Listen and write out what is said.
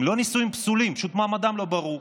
הם לא נישואים פסולים, פשוט מעמדם לא ברור.